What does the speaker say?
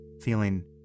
feeling